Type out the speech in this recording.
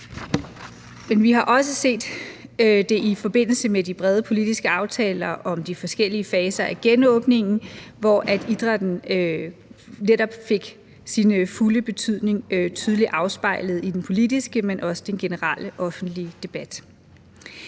vi har også set det i forbindelse med de brede politiske aftaler om de forskellige faser af genåbningen, hvor idrætten netop fik sin fulde betydning tydeligt afspejlet i den politiske, men også den generelle offentlige debat.